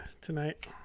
tonight